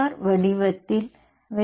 R வடிவத்தில் வெளியீட்டு கோப்பு ஆகும்